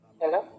hello